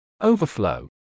Overflow